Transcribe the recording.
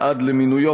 עד למינויו,